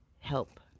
help